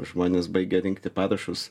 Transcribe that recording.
žmonės baigia rinkti parašus